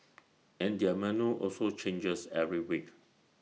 and their menu also changes every week